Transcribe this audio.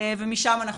ומשם נמשיך.